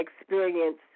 experience